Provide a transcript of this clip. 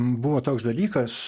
buvo toks dalykas